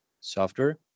software